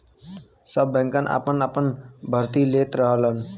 सब बैंकन आपन आपन भर्ती लेत रहलन